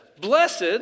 blessed